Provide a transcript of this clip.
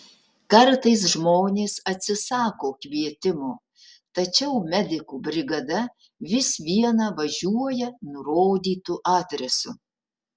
kartais žmonės atsisako kvietimo tačiau medikų brigada vis viena važiuoja nurodytu adresu